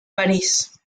parís